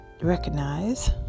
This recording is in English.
recognize